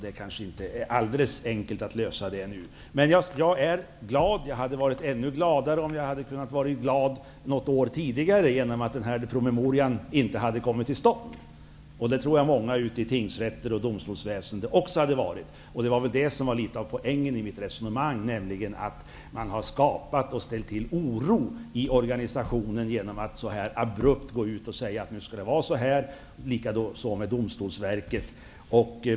Det är kanske inte alldeles enkelt att lösa det problemet nu. Jag är glad, och jag hade varit ännu gladare om jag hade kunnat vara glad något år tidigare för att denna promemoria inte hade kommit till stånd. Jag tror att många i domstolarna och tingsrätterna också hade varit det. Det är det som var poängen i mitt resonemang, dvs. det har skapats oro i organisationen genom att man abrupt har sagt att det skulle vara på ett visst sätt. Likaså har det varit med Domstolsverket.